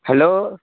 hello